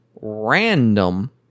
random